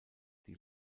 die